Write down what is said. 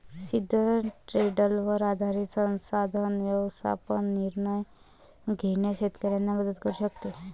सिद्ध ट्रेंडवर आधारित संसाधन व्यवस्थापन निर्णय घेण्यास शेतकऱ्यांना मदत करू शकते